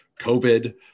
COVID